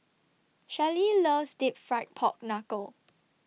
Shelly loves Deep Fried Pork Knuckle